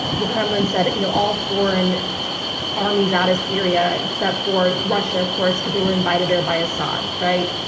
the kremlin said, you know all foreign armies out of syria, except for russia, of course, because they were invited there by assad. right?